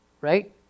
Right